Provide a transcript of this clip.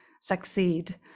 succeed